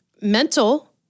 mental